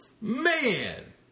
man